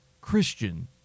Christian